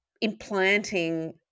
implanting